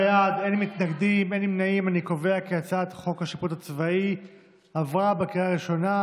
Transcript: הצבאי (תיקון מס' 80) (התאמות למערכת האזרחית בענייני סדרי דין וראיות),